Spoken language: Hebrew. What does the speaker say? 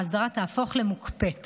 האסדרה תהפוך למוקפאת